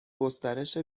گسترش